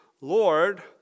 Lord